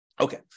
Okay